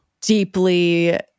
deeply